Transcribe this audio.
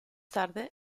tarde